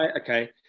Okay